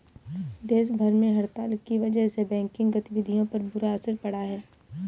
देश भर में हड़ताल की वजह से बैंकिंग गतिविधियों पर बुरा असर पड़ा है